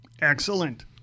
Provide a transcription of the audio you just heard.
Excellent